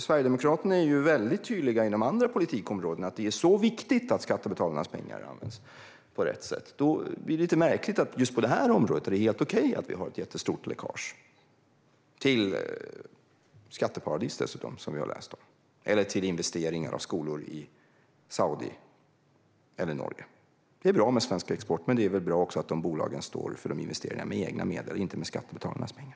Sverigedemokraterna är väldigt tydliga inom andra politikområden med att det är viktigt att skattebetalarnas pengar används på rätt sätt. Då blir det märkligt att det på just det här området är helt okej att ha ett jättestort läckage, dessutom till skatteparadis - som vi har läst om - eller till investeringar i skolor i Saudiarabien eller Norge. Det är bra med svensk export. Men det är väl också bra att bolagen står för de investeringarna med egna medel och inte med skattebetalarnas pengar.